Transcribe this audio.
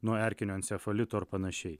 nuo erkinio encefalito ir panašiai